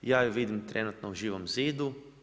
Ja ju vidim trenutno u Živog zidu.